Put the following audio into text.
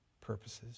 purposes